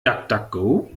duckduckgo